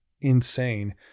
insane